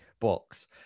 books